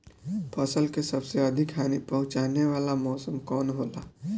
फसल के सबसे अधिक हानि पहुंचाने वाला मौसम कौन हो ला?